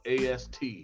ast